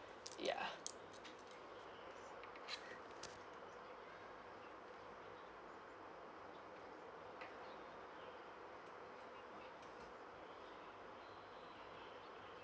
ya